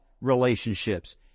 relationships